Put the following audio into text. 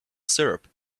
syrup